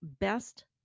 Best